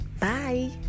Bye